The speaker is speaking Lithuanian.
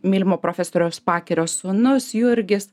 mylimo profesoriaus pakerio sūnus jurgis